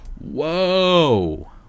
Whoa